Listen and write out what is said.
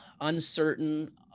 uncertain